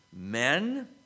men